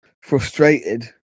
frustrated